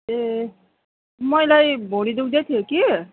ए मलाई भुँडी दुख्दै थियो कि